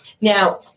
Now